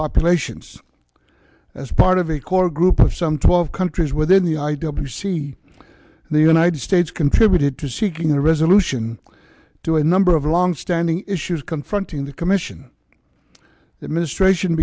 populations as part of a core group of some twelve countries within the i w c the united states contributed to seeking a resolution to a number of longstanding issues confronting the commission administration